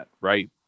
right